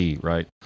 right